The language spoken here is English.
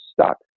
stuck